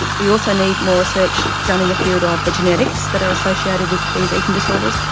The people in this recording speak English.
we also need more research done in the field of the genetics that are associated with these eating disorders.